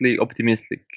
optimistic